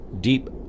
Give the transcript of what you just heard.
Deep